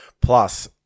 Plus